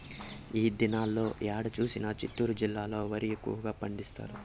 ఈ దినాల్లో ఏడ చూసినా చిత్తూరు జిల్లాలో వరి ఎక్కువగా పండిస్తారు